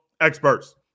experts